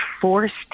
forced